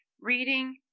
reading